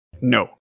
No